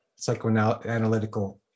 psychoanalytical